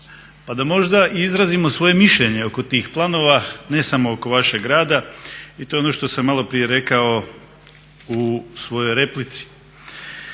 pa da možda i izrazimo svoje mišljenje oko tih planova, ne samo oko vašeg rada i to je ono što sam malo prije rekao u svojoj replici.